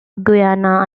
guiana